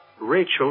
Rachel